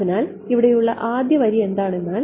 അതിനാൽ ഇവിടെയുള്ള ആദ്യ വരി എന്താണെന്നാൽ